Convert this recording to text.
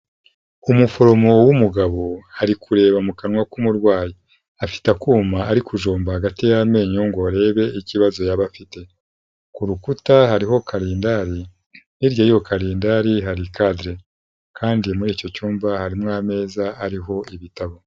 Umuforomo w'umugabo hari kureba mu kanwa k'umurwayi, afite akuma ari kujomba hagati y'amenyo ngo arebe ikibazo yaba afite, ku rukuta hariho karindari hirya y'iyokalindari hari kadire, kandi muri icyo cyumba harimo ameza ariho ibitabo.